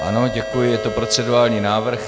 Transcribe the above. Ano, děkuji, je to procedurální návrh.